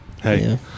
Hey